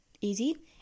easy